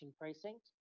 precinct